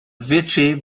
victory